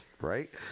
right